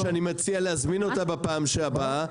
שאני מציע להזמין אותה בפעם הבאה,